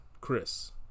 Chris